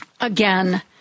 again